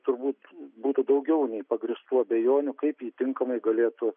turbūt būtų daugiau nei pagrįstų abejonių kaip ji tinkamai galėtų